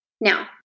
Now